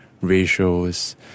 ratios